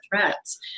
threats